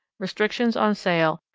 restrictions on sale,